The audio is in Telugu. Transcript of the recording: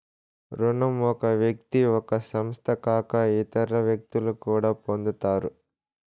రుణం ఒక వ్యక్తి ఒక సంస్థ కాక ఇతర వ్యక్తులు కూడా పొందుతారు